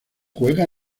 juega